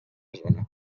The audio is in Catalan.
zona